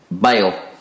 bail